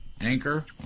anchor